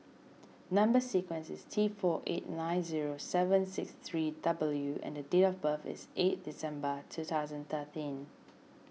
Number Sequence is T four eight nine zero seven six three W and date of birth is eight December two thousand and thirteen